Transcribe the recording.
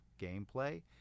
gameplay